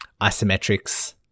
isometrics